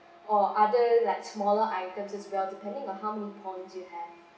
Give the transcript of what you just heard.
or other like smaller items as well depending on how may points you have